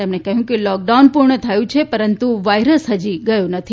તેમણે કહ્યું કે લોકડાઉન પૂર્ણ થયું છે પરંતુ વાયરસ હજી ગયો નથી